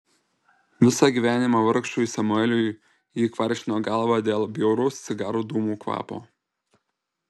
visą gyvenimą vargšui samueliui ji kvaršino galvą dėl bjauraus cigarų dūmų kvapo